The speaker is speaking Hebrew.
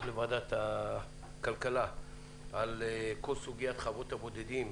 לוועדת הכלכלה על כל סוגיית חוות הבודדים,